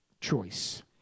choice